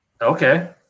Okay